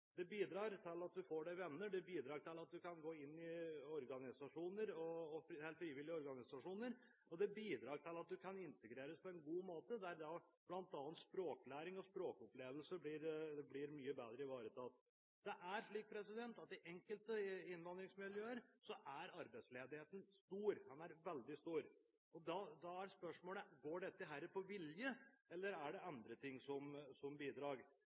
Det bidrar til at du får venner, det bidrar til at du kan gå inn i frivillige organisasjoner, og det bidrar til at du kan integreres på en god måte, bl.a. blir språkopplæring og språkopplevelse mye bedre ivaretatt. Det er slik at i enkelte innvandrermiljøer er arbeidsledigheten stor – veldig stor. Da er spørsmålet: Går dette på vilje, eller er det andre ting som bidrar? Vi vet også at en del av holdningene til det å være uten arbeid, er som